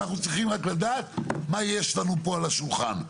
אנחנו צריכים רק לדעת מה יש לנו פה על השולחן.